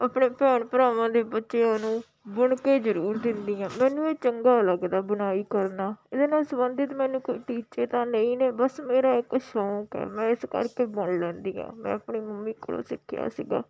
ਆਪਣੇ ਭੈਣ ਭਰਾਵਾਂ ਦੇ ਬੱਚਿਆਂ ਨੂੰ ਬੁਣ ਕੇ ਜ਼ਰੂਰ ਦਿੰਦੀ ਹਾਂ ਮੈਨੂੰ ਇਹ ਚੰਗਾ ਲੱਗਦਾ ਬੁਣਾਈ ਕਰਨਾ ਇਹਦੇ ਨਾਲ ਸੰਬੰਧਿਤ ਮੈਨੂੰ ਕੋਈ ਟੀਚੇ ਤਾਂ ਨਹੀਂ ਨੇ ਬਸ ਮੇਰਾ ਇੱਕ ਸ਼ੌਕ ਹੈ ਮੈਂ ਇਸ ਕਰਕੇ ਬੁਣ ਲੈਂਦੀ ਹਾਂ ਮੈਂ ਆਪਣੀ ਮੰਮੀ ਕੋਲੋ ਸਿੱਖਿਆ ਸੀਗਾ